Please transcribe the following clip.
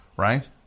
Right